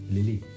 Lily